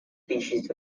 species